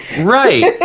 right